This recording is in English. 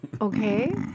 Okay